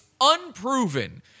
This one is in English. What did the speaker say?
unproven